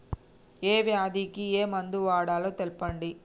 ఏ వ్యాధి కి ఏ మందు వాడాలో తెల్పండి?